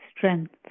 Strength